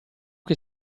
che